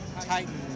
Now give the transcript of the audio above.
Titan